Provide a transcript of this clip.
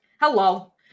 Hello